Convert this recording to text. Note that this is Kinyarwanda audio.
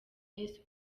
yesu